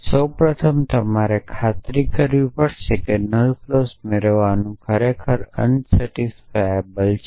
અને તેથી સૌ પ્રથમ તમારે ખાતરી કરવી પડશે કે નલ ક્લોઝ મેળવવું ખરેખર અસંતોષકારક છે